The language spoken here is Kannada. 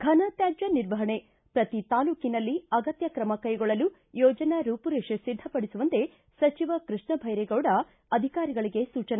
ಫನ ತ್ಯಾಜ್ಯ ನಿರ್ವಹಣೆ ಪ್ರತಿ ತಾಲ್ಲೂಕಿನಲ್ಲಿ ಅಗತ್ಯ ಕ್ರಮ ಕೈಗೊಳ್ಳಲು ಯೋಜನಾ ರೂಪುರೇಪೆ ಸಿದ್ಧಪಡಿಸುವಂತೆ ಸಚಿವ ಕೃಷ್ಣಬೈರೇಗೌಡ ಅಧಿಕಾರಿಗಳಿಗೆ ಸೂಚನೆ